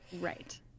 right